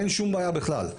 אין שום בעיה בכלל,